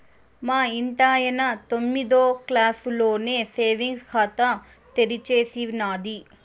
మా ఇంటాయన తొమ్మిదో క్లాసులోనే సేవింగ్స్ ఖాతా తెరిచేసినాది